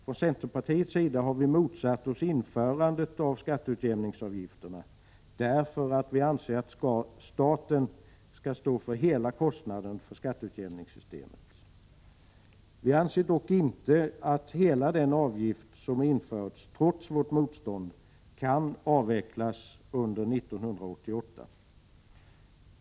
Från centerpartiets sida har vi motsatt oss införandet av skatteutjämningsavgifterna därför att vi anser att staten skall stå för hela kostnaden för skatteutjämningssystemet. Vi anser dock inte att hela den avgift som införts, trots vårt motstånd, kan avvecklas under 1988.